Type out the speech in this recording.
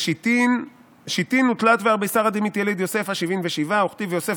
"שתין ותלת וארביסר עד שמתיליד יוסף הוא שבעין ושבעה וכתיב 'ויוסף